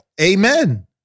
amen